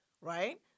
right